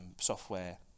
software